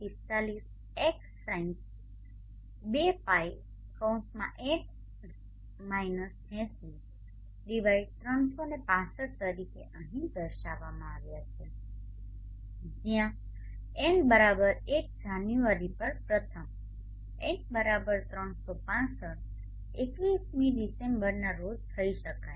45 x sine 2π365 તરીકે અહીં દર્શાવવામાં જ્યાં N 1 જાન્યુઆરી પર પ્રથમ N 365 31મી ડિસેમ્બરના રોજ થય શકાય